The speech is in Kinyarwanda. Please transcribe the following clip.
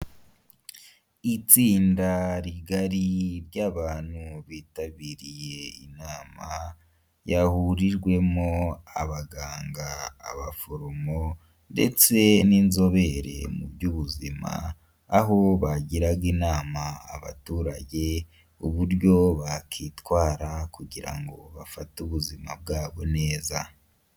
Itsinda rigari ry'abantu bitabiriye inama yahurijwemo abaganga, abaforomo ndetse n'inzobere mu by'ubuzima, aho bagiraga inama abaturage uburyo bakwitwara kugira ngo bafate ubuzima bwabo neza.